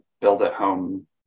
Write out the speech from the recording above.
build-at-home